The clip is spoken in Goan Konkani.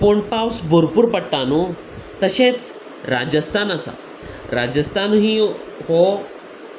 पूण पावस भरपूर पडटा न्हू तशेंच राजस्थान आसा राजस्थान ही हो